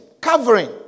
covering